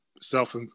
self